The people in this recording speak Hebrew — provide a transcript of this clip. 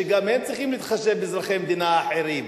שגם הם צריכים להתחשב באזרחי המדינה האחרים.